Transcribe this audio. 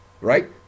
right